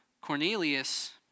Cornelius